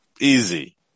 easy